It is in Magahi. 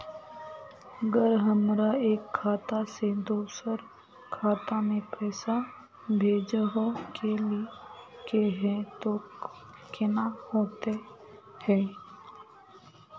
अगर हमरा एक खाता से दोसर खाता में पैसा भेजोहो के है तो केना होते है?